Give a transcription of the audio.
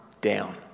down